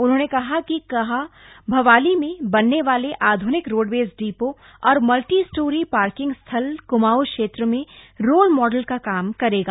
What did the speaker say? उन्होंने कहा कि कहा कि भवाली में बनने वाले आध्निक रोडवेज डिपो और मल्टी स्टोरी पार्किंग स्थल क्माऊं क्षेत्र में रोल मॉडल का काम करेगा